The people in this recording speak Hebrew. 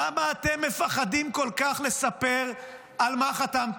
למה אתם מפחדים כל כך לספר על מה חתמתם?